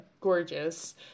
gorgeous